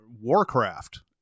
Warcraft